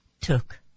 took